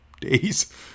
days